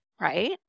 right